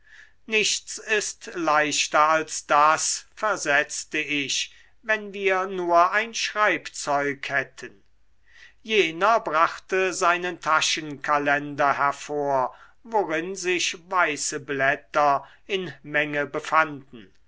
nichts ist leichter als das versetzte ich wenn wir nur ein schreibzeug hätten jener brachte seinen taschenkalender hervor worin sich weiße blätter in menge befanden